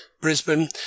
Brisbane